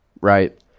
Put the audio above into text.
right